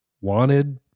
wanted